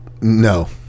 no